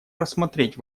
рассмотреть